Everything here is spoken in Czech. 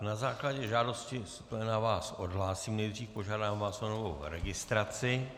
Na základě žádosti z pléna vás odhlásím nejdřív, požádám vás o novou registraci.